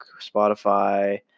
Spotify